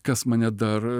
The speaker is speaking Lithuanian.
kas mane dar